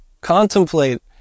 contemplate